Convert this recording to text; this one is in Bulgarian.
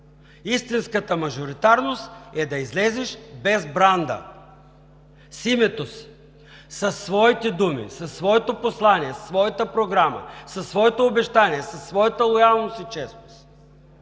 Истинската мажоритарност е да излезеш, без бранда, с името си, със своите думи, със своето послание, със своята програма, със своето обещание, със своята лоялност и честност.